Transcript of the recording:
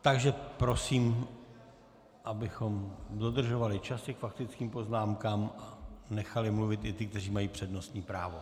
Takže prosím, abychom dodržovali časy k faktickým poznámkám a nechali mluvit ty, kteří mají přednostní právo.